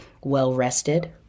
well-rested